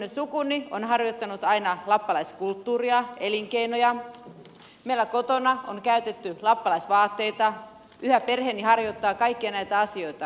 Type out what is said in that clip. minun sukuni on harjoittanut aina lappalaiskulttuuria elinkeinoja meillä kotona on käytetty lappalaisvaatteita yhä perheeni harjoittaa kaikkia näitä asioita